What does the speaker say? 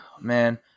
Man